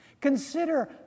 Consider